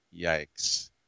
Yikes